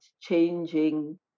changing